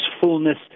fullness